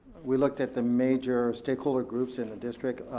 we looked at the major stakeholder groups in the district.